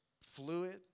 fluid